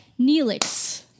Neelix